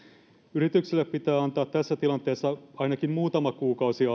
yrityksille pitää antaa tässä tilanteessa ainakin muutama kuukausi